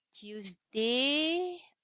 Tuesday